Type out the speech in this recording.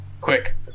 Quick